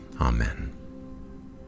Amen